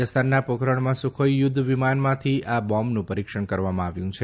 રાજસ્થાનના પોખરણમાં સુખોઈ યુદ્ધ વિમાનમાંથી આ બોમ્બનું પરિક્ષણ કરવામાં આવ્યું છે